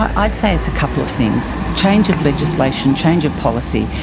i'd say it's a couple of things. change of legislation, change of policy.